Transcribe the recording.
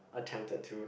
attempted to